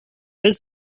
his